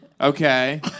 Okay